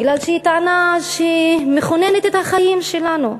מפני שהיא טענה שמכוננת את החיים שלנו: